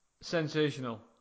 sensational